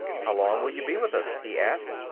how long will you be with us? he asked.